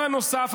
הדבר הנוסף,